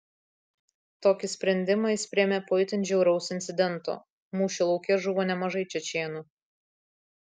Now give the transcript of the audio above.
tokį sprendimą jis priėmė po itin žiauraus incidento mūšio lauke žuvo nemažai čečėnų